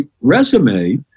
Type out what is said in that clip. resume